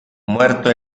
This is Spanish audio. muerto